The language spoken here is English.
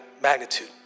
magnitude